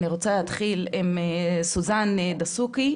עם סוזן דסוקי,